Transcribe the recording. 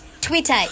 Twitter